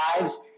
lives